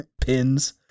pins